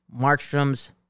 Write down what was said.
Markstrom's